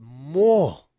more